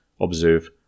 observe